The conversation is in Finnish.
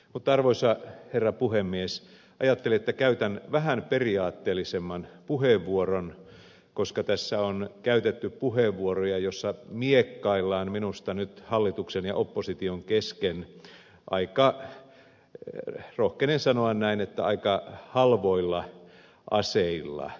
mutta arvoisa herra puhemies ajattelin että käytän vähän periaatteellisemman puheenvuoron koska tässä on käytetty puheenvuoroja joissa miekkaillaan minusta nyt hallituksen ja opposition kesken aika rohkenen sanoa näin halvoilla aseilla